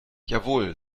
jawohl